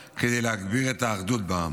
כדי להגביר את האחדות בעם.